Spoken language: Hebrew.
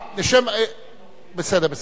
בסדר בסדר.